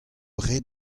ret